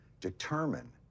determine